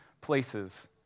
places